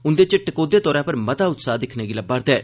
उंदे च टकोह्दा तौरा पर मता उत्साह दिक्खने गी लब्बा करदा ऐ